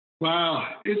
Wow